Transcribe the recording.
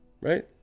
Right